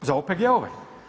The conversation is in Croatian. Za OPG-ove.